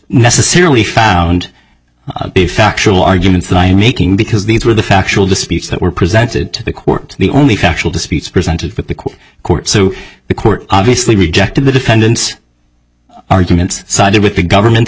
necessarily found the factual arguments that i am making because these were the factual disputes that were presented to the court the only factual disputes presented for the court so the court obviously rejected the defendant's arguments sided with the government's